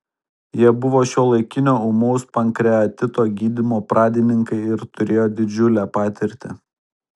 jie buvo šiuolaikinio ūmaus pankreatito gydymo pradininkai ir turėjo didžiulę patirtį